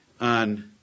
on